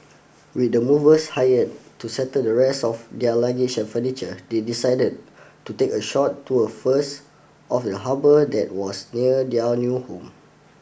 with the movers hired to settle the rest of their luggage and furniture they decided to take a short tour first of the harbour that was near their new home